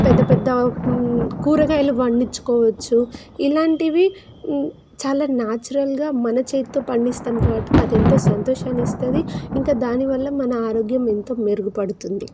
పెద్దపెద్ద కూరగాయలు పండించుకోవచ్చు ఇలాంటివి చాలా న్యాచురల్గా మన చేతితొ పండిస్తాం కాబట్టి అది ఎంతో సంతోషాన్ని ఇస్తుంది ఇంకా దానివల్ల మన ఆరోగ్యం ఎంతో మెరుగుపడుతుంది